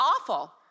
awful